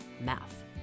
math